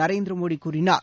நரேந்திரமோடிகூறினார்